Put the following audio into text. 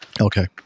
Okay